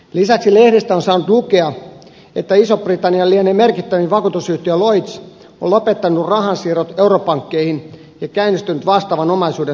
lisäksi lehdistä on saanut lukea että ison britannian lienee merkittävin vakuutusyhtiö lloyds on lopettanut rahansiirrot europankkeihin ja käynnistänyt vastaavan omaisuuden turvaamisoperaation